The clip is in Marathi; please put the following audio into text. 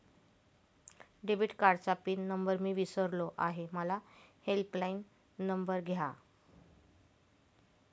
डेबिट कार्डचा पिन नंबर मी विसरलो आहे मला हेल्पलाइन नंबर द्या